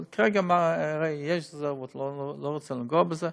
אבל כרגע יש רזרבות, אני לא רוצה לנגוע בזה.